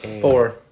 Four